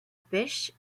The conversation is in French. pêche